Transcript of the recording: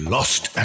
Lost